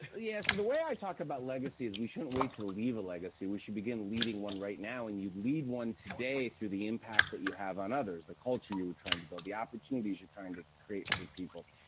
yeah. so, the way i talk about legacies we shouldn't wait to leave a legacy, we should begin leading one right now. and you lead one today through the impact that you have on others, the culture you were trying to build, the opportunities you're trying to create for people,